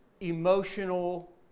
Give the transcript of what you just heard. emotional